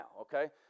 okay